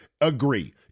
agree